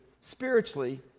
spiritually